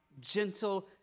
gentle